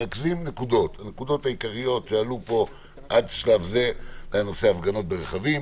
הנקודות העיקריות שעלו פה עד לשלב זה היו ההפגנות ברכבים,